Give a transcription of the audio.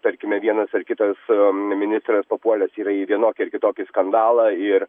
tarkime vienas ar kitas ministras papuolęs yra į vienokį ar kitokį skandalą ir